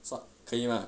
算可以吗